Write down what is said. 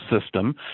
system